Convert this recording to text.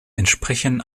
entsprechen